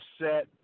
set